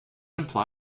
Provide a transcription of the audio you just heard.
imply